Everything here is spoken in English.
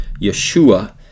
Yeshua